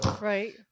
Right